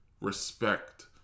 respect